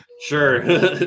sure